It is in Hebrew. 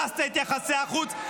הרסת את יחסי החוץ.